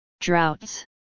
droughts